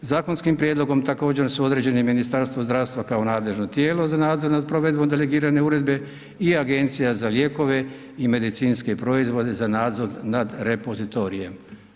Zakonskim prijedlogom također su određeni i Ministarstvo zdravstva kao nadležno tijelo za nadzor nad provedbom delegirane uredbe i Agencija za lijekove i medicinske proizvode za nadzor nad repozitorijem.